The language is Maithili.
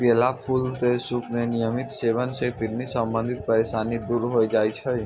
केला फूल के सूप के नियमित सेवन सॅ किडनी संबंधित परेशानी दूर होय जाय छै